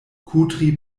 kudri